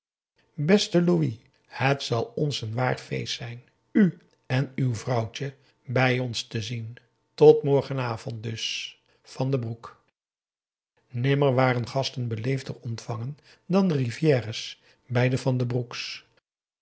beste louis het zal ons een waar feest zijn u en uw vrouwtje bij ons te zien tot morgenavond dus tt v d broek p a daum hoe hij raad van indië werd onder ps maurits nimmer waren gasten beleefder ontvangen dan de rivière's bij de van den broek's